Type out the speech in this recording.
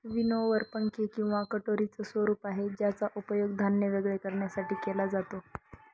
winnower पंखे किंवा कटोरीच स्वरूप आहे ज्याचा उपयोग धान्य वेगळे करण्यासाठी केला जातो